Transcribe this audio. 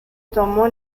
tomó